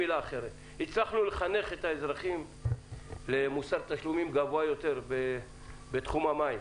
הצלחנו לחנך את האזרחים למוסר תשלומים גבוה יותר בתחום המים.